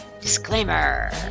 Disclaimer